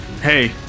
Hey